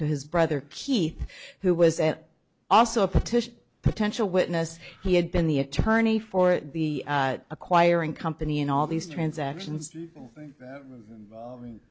to his brother keith who was also a petition potential witness he had been the attorney for the acquiring company and all these transactions